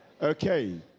okay